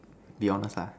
be honest lah